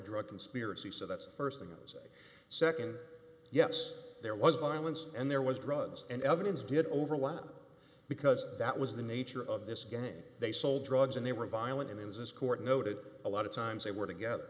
drug conspiracy so that's the st thing it was a nd yes there was violence and there was drugs and evidence did overlap because that was the nature of this game they sold drugs and they were violent in this court noted a lot of times they were